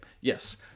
Yes